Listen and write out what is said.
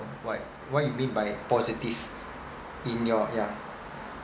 why what you mean by positive in your yeah